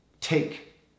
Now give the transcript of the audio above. take